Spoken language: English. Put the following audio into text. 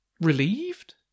Relieved